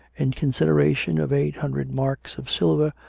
in consideration of eight hundred marks of silver,